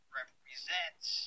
represents